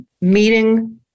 meeting